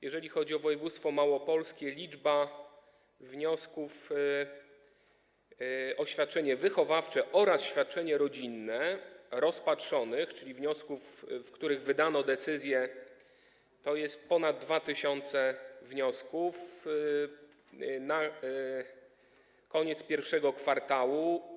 Jeżeli chodzi o województwo małopolskie, to liczba wniosków o świadczenie wychowawcze oraz świadczenie rodzinne rozpatrzonych, czyli wniosków, w których wydano decyzję, wynosi ponad 2 tys. na koniec I kwartału.